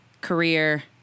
career